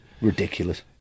Ridiculous